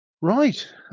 right